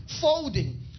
folding